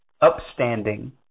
upstanding